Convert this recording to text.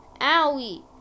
Owie